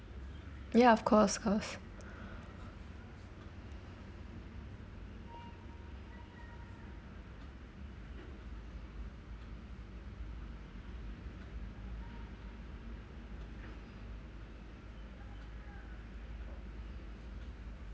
ya of course course